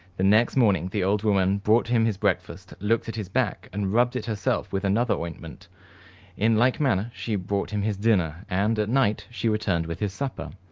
the next morning the old woman brought him his breakfast, looked at his back, and rubbed it herself with another ointment in like manner she brought him his dinner and at night she returned with his supper.